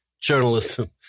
journalism